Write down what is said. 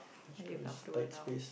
are you comfortable now